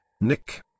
Nick